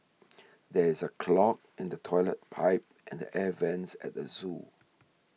there is a clog in the Toilet Pipe and the Air Vents at the zoo